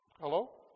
Hello